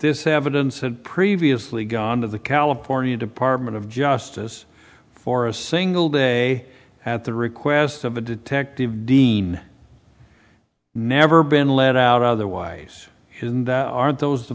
this evidence had previously gone to the california department of justice for a single day at the request of a detective dean never been let out otherwise and aren't those the